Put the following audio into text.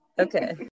Okay